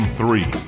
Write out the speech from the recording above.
three